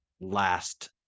last